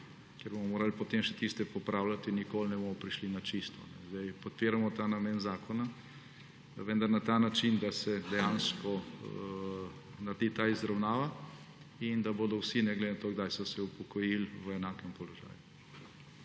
ker bomo morali potem še tiste popravljati in nikoli ne bomo prišli na čisto. Podpiramo ta namen zakona, vendar na ta način, da se dejansko naredi ta izravnava in da bodo vsi, ne glede na to, kdaj so se upokojil, v enakem položaju.